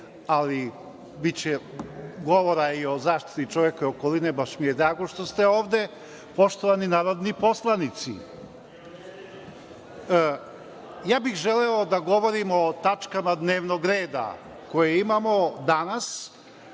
ali biće govora i o zaštiti čovekove okoline, baš mi je drago što ste ovde, poštovani narodni poslanici, želeo bih da govorim o tačkama dnevnog reda koje imamo danas.